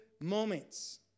moments